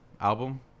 album